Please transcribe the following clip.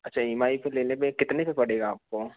अच्छा E M I पे लेने पे कितने का पड़ेगा आपको